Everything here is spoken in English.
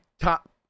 top